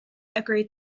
agreed